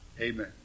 Amen